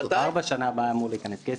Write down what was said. כבר בשנה הבאה אמור להיכנס כסף.